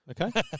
Okay